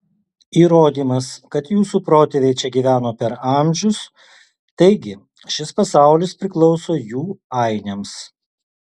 įrodymas kad jūsų protėviai čia gyveno per amžius taigi šis pasaulis priklauso jų ainiams